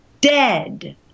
dead